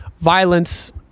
violence